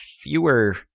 fewer